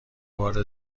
بار